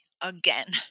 again